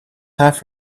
half